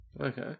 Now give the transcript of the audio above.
Okay